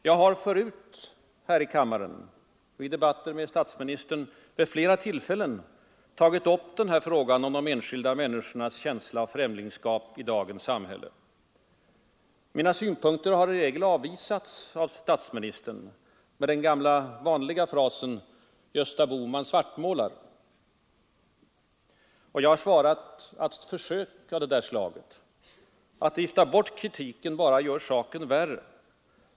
Jag har förut här i kammaren vid debatter med statsministern vid flera tillfällen tagit upp frågan om de enskilda människornas känsla av främlingskap i dagens sam hälle. Mina synpunkter har i regel avvisats av statsministern med den vanliga frasen: ”Gösta Bohman svartmålar.” Jag har svarat att sådana försök att vifta bort kritiken bara gör saken värre.